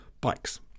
bikes